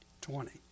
twenty